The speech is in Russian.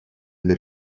для